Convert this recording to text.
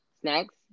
Snacks